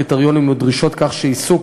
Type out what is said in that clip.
קריטריונים ודרישות כך שהעיסוק,